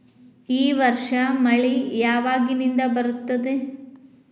ಈ ವರ್ಷ ಮಳಿ ಯಾವಾಗಿನಿಂದ ಬರುತ್ತದೆ?